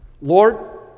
Lord